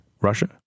russia